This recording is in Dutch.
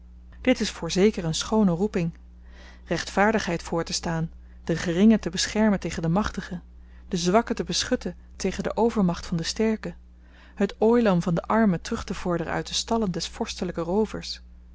dit is voorzeker een schoone roeping rechtvaardigheid voortestaan den geringe te beschermen tegen den machtige den zwakke te beschutten tegen de overmacht van den sterke het ooilam van den arme terug te vorderen uit de stallen des vorstelyken roovers